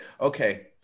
Okay